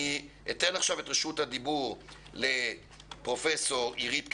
אני אתן עכשיו את רשות הדיבור לפרופ' עירית קינן,